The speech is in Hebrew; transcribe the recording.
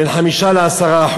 בין 5% ל-10%.